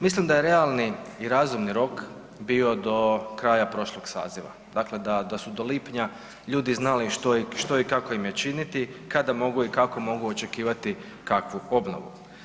Mislim da je realni i razumni rok bio do kraja prošlog saziva, dakle da su do lipnja ljudi znali što i kako im je činiti, kada mogu i kako mogu očekivati kakvu obnovu.